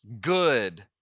good